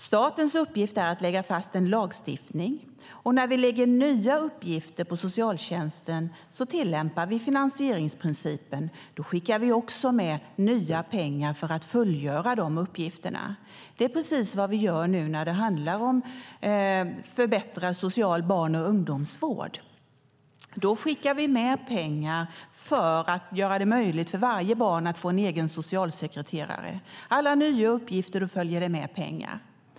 Statens uppgift är att lägga fast en lagstiftning, och när vi lägger nya uppgifter på socialtjänsten tillämpar vi finansieringsprincipen, och då skickar vi också med nya pengar för att fullgöra dessa uppgifter. Det är precis vad vi gör nu när det handlar om förbättrad social barn och ungdomsvård. Då skickar vi med pengar för att göra det möjligt för varje barn att få en egen socialsekreterare. För alla nya uppgifter följer det med pengar.